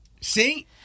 See